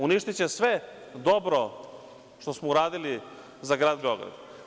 Uništiće sve dobro što smo uradili za grad Beograd.